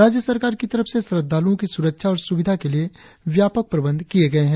राज्यसरकार की तरफ से श्रद्धालुओं की सुरक्षा और सुविधा के लिए व्यापक प्रबंध किये गए है